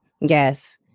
Yes